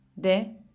De